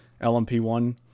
lmp1